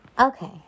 Okay